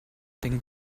thing